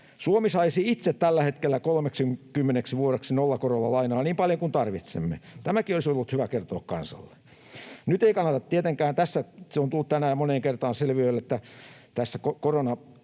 Suomi saisi itse tällä hetkellä 30 vuodeksi nollakorolla lainaa niin paljon kuin tarvitsemme. Tämäkin olisi ollut hyvä kertoa kansalle — nyt ei kannata tietenkään tässä. Se on tullut tänään moneen kertaan selville, että tässä tukipaketissa